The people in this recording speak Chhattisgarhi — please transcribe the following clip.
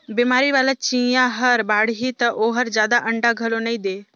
बेमारी वाला चिंया हर बाड़ही त ओहर जादा अंडा घलो नई दे